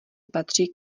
patří